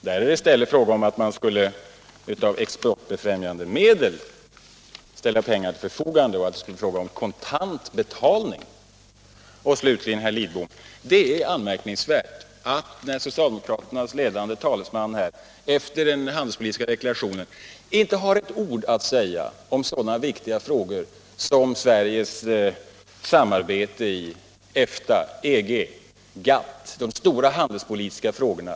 Där är det i stället fråga om att av exportbefrämjande medel ställa pengar till förfogande och att det skulle bli fråga om kontantbetalning till svenska leverantörer. Till slut, herr Lidbom: Det är anmärkningsvärt att socialdemokraternas ledande talesman här efter den handelspolitiska deklarationen inte har ett ord att säga om så viktiga frågor som Sveriges samarbete i EFTA, EG, GATT - de stora handelspolitiska frågorna.